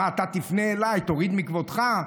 מה, אתה תפנה אליי ותוריד מכבודך?